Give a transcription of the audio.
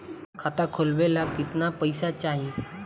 खाता खोलबे ला कितना पैसा चाही?